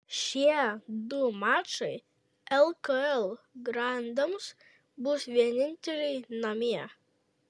šie du mačai lkl grandams bus vieninteliai namie